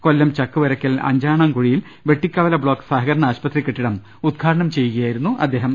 കൊല്ലം ചക്കുവര യ്ക്കൽ അഞ്ചാണാംകുഴിയിൽ വെട്ടിക്കവല ബ്ലോക്ക് സഹകരണ ആശുപത്രി കെട്ടിടം ഉദ്ഘാടനം ചെയ്യുകയായിരുന്നു അദ്ദേഹം